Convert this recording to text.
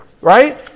right